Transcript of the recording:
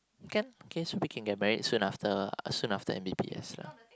can okay so we can get married soon after soon after M_B_B_S lah